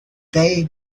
they